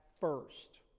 first